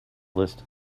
list